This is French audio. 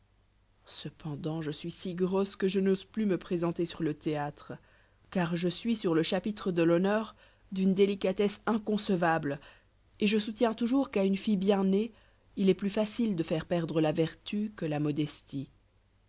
cependant je suis si grosse que je n'ose plus me présenter sur le théâtre car je suis sur le chapitre de l'honneur d'une délicatesse inconcevable et je soutiens toujours qu'à une fille bien née il est plus facile de faire perdre la vertu que la modestie